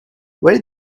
where